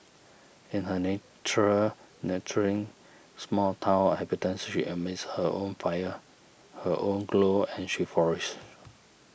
in her natural nurturing small town habitants she emits her own fire her own glow and she flourishes